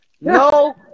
No